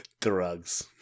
Drugs